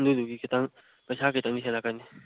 ꯑꯗꯨꯗꯨꯒꯤ ꯈꯤꯇꯪ ꯄꯩꯁꯥ ꯈꯤꯇꯪꯗꯤ ꯍꯦꯜꯂꯛꯀꯅꯤ